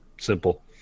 simple